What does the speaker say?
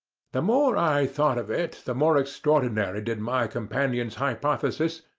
the more i thought of it the more extraordinary did my companion's hypothesis,